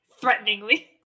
threateningly